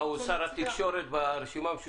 הוא שר התקשורת ברשימה המשותפת?